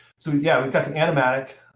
so yeah, we've got the animatic.